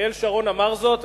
אריאל שרון אמר זאת,